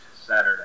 Saturday